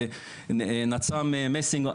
ניצב משנה מסינג,